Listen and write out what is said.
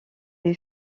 lui